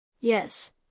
Yes